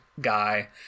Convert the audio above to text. guy